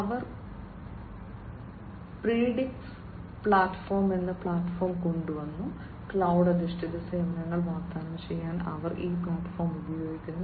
അവർ Predix platform എന്ന platform കൊണ്ടുവന്നു cloud അധിഷ്ഠിത സേവനങ്ങൾ വാഗ്ദാനം ചെയ്യാൻ അവർ ഈ പ്ലാറ്റ്ഫോം ഉപയോഗിക്കുന്നു